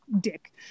Dick